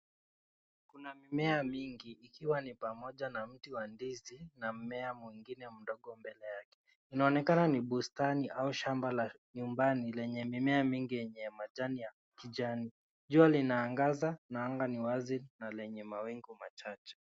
Kuna mimea mingi ikiwa ni pamoja na mti wa ndizi na mmea mwingine mdogo mbele yake. Inaonekana ni bustani au shamba la nyumbani lenye mimea mingi yenye majani ya kijani. Jua linaangaza na anga ni wazi na lenye mawingu machache.